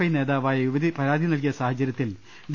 I നേതാ വായ യുവതി പരാതി നൽകിയ സാഹചര്യത്തിൽ ഡി